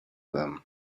them